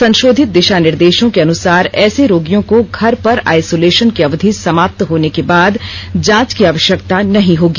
संशोधित दिशा निर्देशों के अनुसार ऐसे रोगियों को घर पर आइसोलेशन की अवधि समाप्त होने के बाद जांच की आवश्यकता नहीं होगी